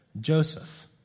Joseph